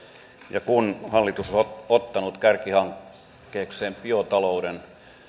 ja kun hallitus on ottanut kärkihankkeekseen biotalouden